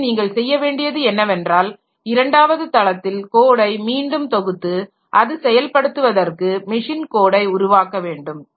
எனவே நீங்கள் செய்ய வேண்டியது என்னவென்றால் இரண்டாவது தளத்தில் கோடை மீண்டும் தொகுத்து அது செயல்படுத்துவதற்கு மெஷின் கோடை உருவாக்க வேண்டும்